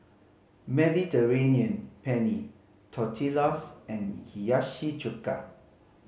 Mediterranean Penne Tortillas and Hiyashi Chuka